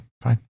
fine